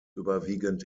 überwiegend